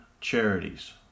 charities